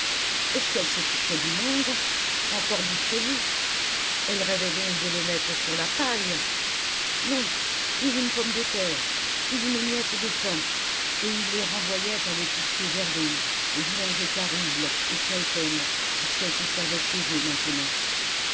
est-ce qu'elles se fichaient du monde encore du crédit elles rêvaient donc de le mettre sur la paille non plus une pomme de terre plus une miette de pain et il les renvoyait à l'épicier verdonck aux boulangers carouble et smelten puisqu'elles se servaient chez eux maintenant